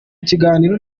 kiganiro